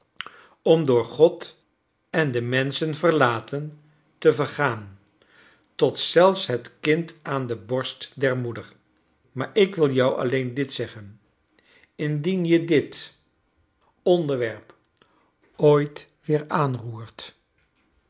om door god en de menschen verlaten te vergaan tot zelfs het kind aan de borst der moeder maar ik wil jou alleen dit zeggcn indien je dit onderwerp ooit weer aanroert